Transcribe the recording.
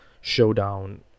showdown